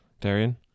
Darian